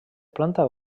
planta